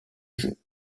jeu